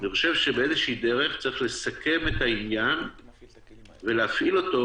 אני חושב שבאיזו שהיא דרך צריך לסכם את העניין ולהפעיל אותו